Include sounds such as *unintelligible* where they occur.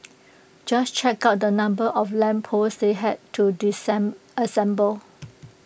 just check out the number of lamp posts they had to *unintelligible*